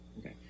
Okay